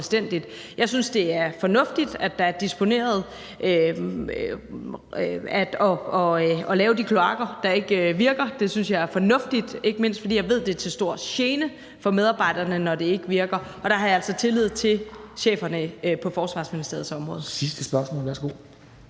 Jeg synes, det er fornuftigt, at der er disponeret sådan, at man har lavet de kloakker, der ikke virker. Det synes jeg er fornuftigt – ikke mindst fordi jeg ved, at det er til stor gene for medarbejderne, når det ikke virker. Og der har jeg altså tillid til cheferne på Forsvarsministeriets område.